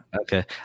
okay